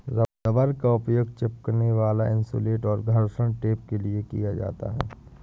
rubber का उपयोग चिपकने वाला इन्सुलेट और घर्षण टेप के लिए किया जाता है